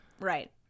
Right